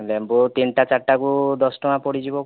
ଲେମ୍ବୁ ତିନିଟା ଚାରିଟା କୁ ଦଶ ଟଙ୍କା ପଡ଼ିଯିବ